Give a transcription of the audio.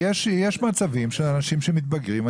יש מצבים של אנשים מתבגרים.